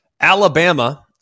Alabama